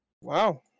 Wow